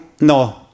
No